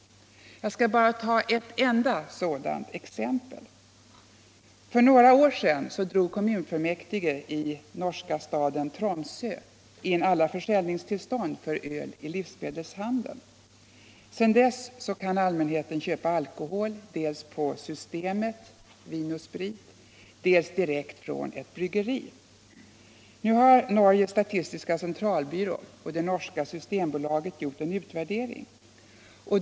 Jag skall bara ta ett sådant exempel. För några år sedan drog kommunfullmäktige i den norska staden Tromsö in alla försäljningstillstånd för öl i livsmedelshandeln. Sedan dess har allmänheten kunnat köpa alkohol dels på Systemet — vin och sprit —, dels direkt från ett bryggeri. Norges statistiska centralbyrå och det norska systembolaget har nu gjort en utvärdering.